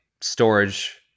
storage